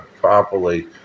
properly